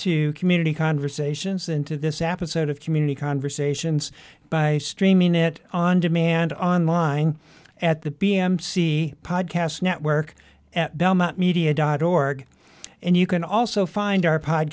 to community conversations into this app a set of community conversations by streaming it on demand online at the b m c podcast network at belmont media dot org and you can also find our